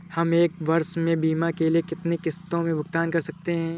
हम एक वर्ष में बीमा के लिए कितनी किश्तों में भुगतान कर सकते हैं?